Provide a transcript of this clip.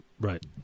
Right